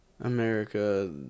America